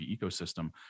ecosystem